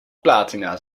platina